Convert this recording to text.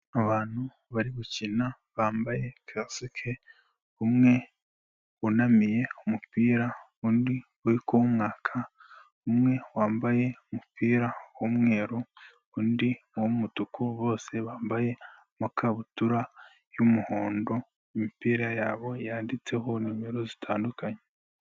Abantu bari gukina bambaye kasike, umwe wunamiye umupira undi uri kuwumwaka, umwe wambaye umupira w'umweru undi w'umutuku bose bambaye amakabutura yumuhondo imipira yabo yanditseho nimero zitandukanye.